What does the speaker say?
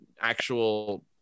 actual